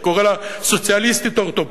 אני קורא לה סוציאליסטית אורתופדית,